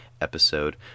episode